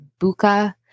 Buka